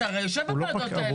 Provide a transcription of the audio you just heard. אתה יושב בוועדות האלה.